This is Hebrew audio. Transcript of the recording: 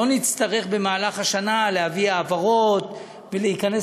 לא נצטרך במהלך השנה להביא העברות ולהיכנס